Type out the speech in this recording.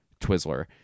Twizzler